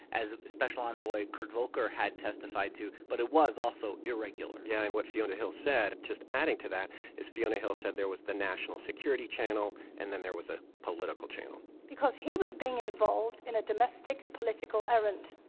as special envoy kurt volker had testified to, but it was also irregular yeah. and what fiona hill said just adding to that, is fiona hill said there was the national security channel, and then there was a political channel because he was being involved in a domestic political errand.